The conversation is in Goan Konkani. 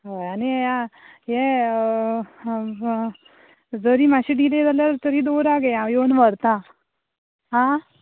हय आनी आं हें जरी मात्शी डिले जाल्यार तरी दवरा गे हांव येवन व्हरतां आं